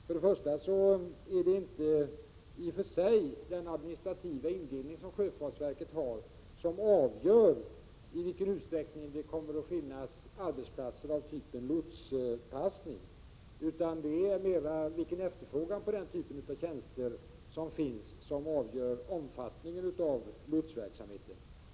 För det första är det i och för sig inte den administrativa indelning som sjöfartsverket har som avgör i vilken utsträckning det kommer att finnas arbetsplatser av typen lotspassning, utan det är mera efterfrågan på den typen av tjänster som avgör omfattningen av lotsverksamheten.